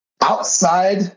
Outside